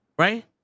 Right